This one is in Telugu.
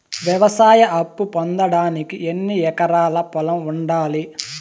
వ్యవసాయ అప్పు పొందడానికి ఎన్ని ఎకరాల పొలం ఉండాలి?